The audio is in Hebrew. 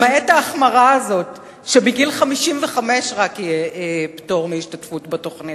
למעט ההחמרה שעל-פיה רק בגיל 55 יהיה פטור מההשתתפות בתוכנית.